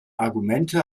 argumente